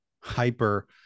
hyper